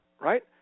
Right